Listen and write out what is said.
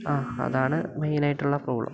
ആഹ് അതാണ് മെയിനായിട്ടുള്ള പ്രോബ്ലം